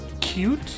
Cute